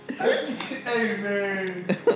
Amen